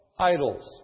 idols